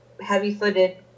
heavy-footed